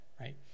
right